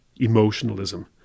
emotionalism